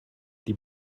die